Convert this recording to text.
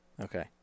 Okay